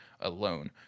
alone